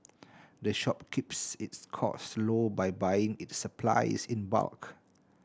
the shop keeps its costs low by buying its supplies in bulk